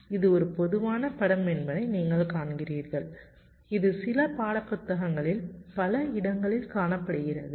இது ஒரு பொதுவான படம் என்பதை நீங்கள் காண்கிறீர்கள் இது சில பாடப்புத்தகங்களில் பல இடங்களில் காணப்படுகிறது